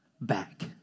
back